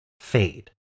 fade